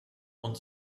und